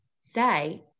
say